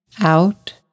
out